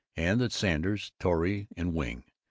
and that sanders, torrey and wing,